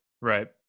Right